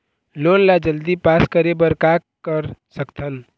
Loan ला जल्दी pass करे बर का कर सकथन?